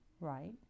Right